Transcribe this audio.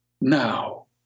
now